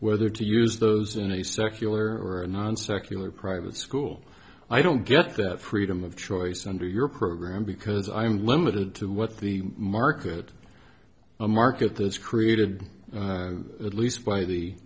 whether to use those in a secular or non secular private school i don't get that freedom of choice under your program because i am limited to what the market a market that is created at least by the